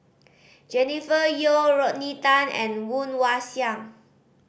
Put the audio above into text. Jennifer Yeo Rodney Tan and Woon Wah Siang